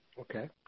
Okay